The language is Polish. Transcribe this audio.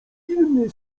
inny